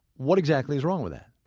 what exactly is wrong with that?